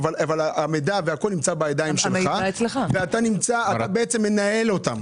אבל המידע והכול נמצא בידיים שלך ואתה בעצם מנהל אותם.